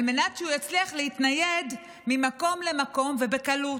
על מנת שהוא יצליח להתנייד ממקום למקום ובקלות.